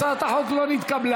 הצעת החוק לא נתקבלה.